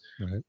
right